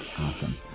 Awesome